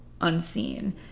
unseen